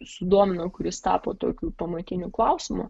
sudomino kuris tapo tokių pamatiniu klausimu